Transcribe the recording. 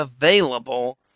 available